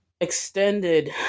extended